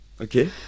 Okay